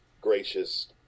gracious